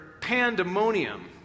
pandemonium